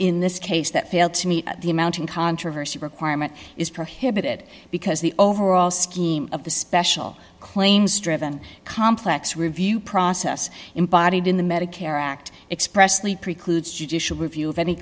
in this case that failed to meet the mounting controversy requirement is prohibited because the overall scheme of the special claims driven complex review process embodied in the medicare act expressly precludes judicial review of any